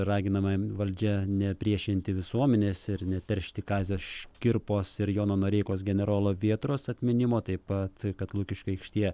raginama valdžia nepriešinti visuomenės ir neteršti kazio škirpos ir jono noreikos generolo vėtros atminimo taip pat kad lukiškių aikštėje